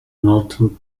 northern